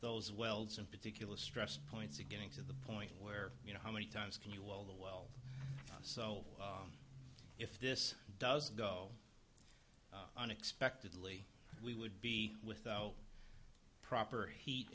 those welds in particular stress points to getting to the point where you know how many times can you all the well so if this doesn't go unexpectedly we would be without proper heat